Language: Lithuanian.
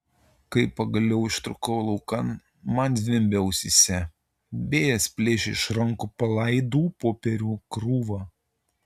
kai pagaliau ištrūkau laukan man zvimbė ausyse vėjas plėšė iš rankų palaidų popierių krūvą